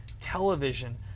television